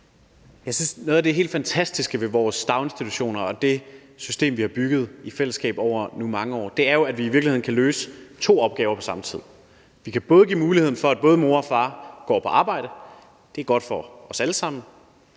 Jeg synes, at noget af det helt fantastiske ved vores daginstitutioner og det system, vi har bygget op i fællesskab over nu mange år, jo er, at vi i virkeligheden kan løse to opgaver på samme tid: Vi kan give mulighed for, at både mor og far kan gå på arbejde – det er godt for os alle sammen